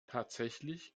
tatsächlich